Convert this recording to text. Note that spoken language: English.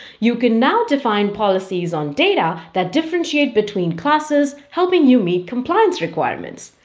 you can now define policies on data that differentiate between classes, helping you meet compliance requirements,